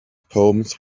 poems